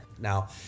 Now